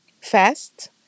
fast